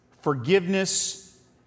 forgiveness